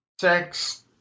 sex